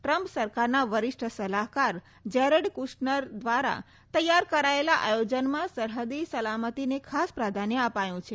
Trump સરકારના વરિષ્ઠ સલાહકાર જેરેડ કુશનર દ્વારા તેયાર કરાયેલા આયોજનમાં સરહદી સલામતિને ખાસ પ્રાધાન્ય અપાયું છે